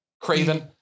Craven